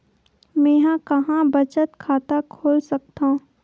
मेंहा कहां बचत खाता खोल सकथव?